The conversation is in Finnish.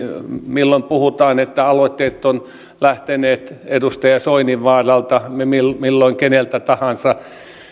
milloin aloitteet ovat lähteneet edustaja soininvaaralta milloin milloin keneltä tahansa ja